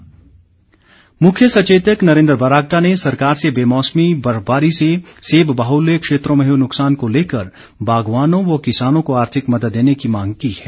बागवान नुकसान मुख्य सचेतक नरेन्द्र बरागटा ने सरकार से बेमौसमी बर्फबारी से सेब बाहुल्य क्षेत्रों में हुए नुकसान को लेकर बागवानों व किसानों को आर्थिक मदद देने की मांग की है